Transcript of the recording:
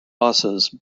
buses